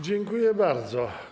Dziękuję bardzo.